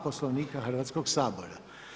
Poslovnika Hrvatskoga sabora.